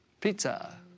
Pizza